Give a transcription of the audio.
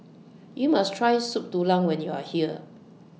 YOU must Try Soup Tulang when YOU Are here